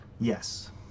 yes